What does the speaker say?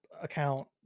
account